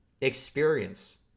experience